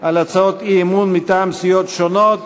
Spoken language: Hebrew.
על הצעות האי-אמון מטעם סיעות שונות